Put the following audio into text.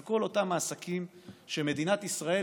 על כל אותם העסקים שמדינת ישראל,